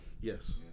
Yes